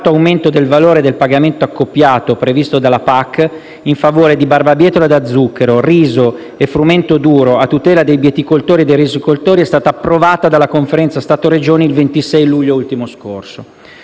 aumento del valore del pagamento accoppiato previsto dalla PAC in favore di barbabietola da zucchero, riso e frumento duro a tutela dei bieticoltori e dei risicoltori è stata approvata dalla Conferenza Stato-Regioni il 26 luglio ultimo scorso.